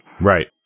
Right